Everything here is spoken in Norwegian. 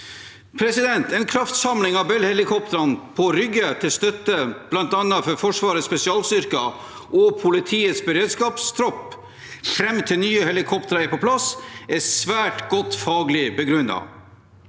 har. En kraftsamling av Bell-helikoptrene på Rygge til støtte bl.a. for Forsvarets spesialstyrker og politiets beredskapstropp fram til nye helikoptre er på plass, er svært godt faglig begrunnet.